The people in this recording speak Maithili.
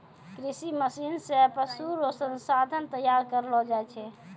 कृषि मशीन से पशु रो संसाधन तैयार करलो जाय छै